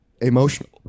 emotional